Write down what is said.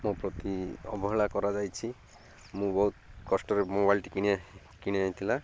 ମୋ ପ୍ରତି ଅବହେଳା କରାଯାଇଛି ମୁଁ ବହୁତ କଷ୍ଟରେ ମୋବାଇଲ୍ଟି କିଣି କିଣି ଯାଇଥିଲା